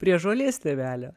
prie žolės stiebelio